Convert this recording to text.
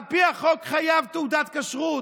על פי החוק, חייב תעודת כשרות.